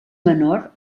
menor